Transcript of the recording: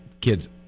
kids